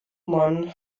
mann